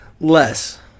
Less